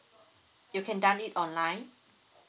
you can done it online